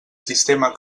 sistema